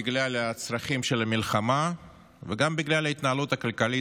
בגלל הצרכים של המלחמה וגם בגלל ההתנהלות הכלכלית